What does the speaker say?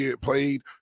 played